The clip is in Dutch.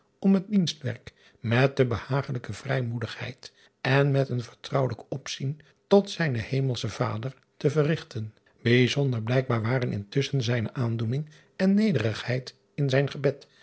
om het dienstwerk met de behagelijke vrijmoedigheid en met een vertrouwelijk opzien tot zijnen emelschen ader te verrigten ijzonder blijkbaar waren intusschen zijne aandoening en nederigheid in zijn gebed